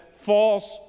false